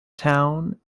town